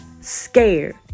scared